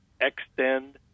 extend